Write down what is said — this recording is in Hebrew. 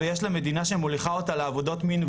ויש לה מדינה שמוליכה אותה לעבודות מין,